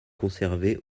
conservée